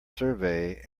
survey